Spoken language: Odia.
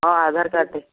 ହଁ ଆଧାର କାର୍ଡ଼ଟେ